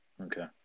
Okay